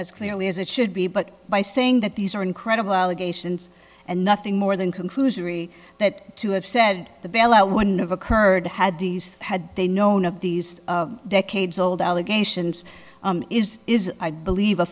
as clearly as it should be but by saying that these are incredible allegations and nothing more than conclusory that to have said the bailout wouldn't have occurred had these had they known of these decades old allegations is is i believe